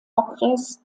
okres